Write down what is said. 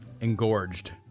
Engorged